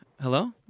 hello